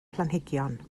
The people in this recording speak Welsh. planhigion